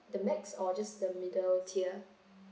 the max or just the middle tier